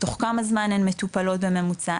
תוך כמה זמן הן מטופלות בממוצע,